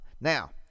Now